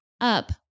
up